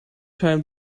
time